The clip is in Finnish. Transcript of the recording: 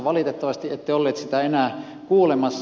valitettavasti ette olleet sitä enää kuulemassa